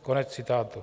Konec citátu.